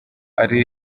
ari